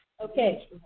Okay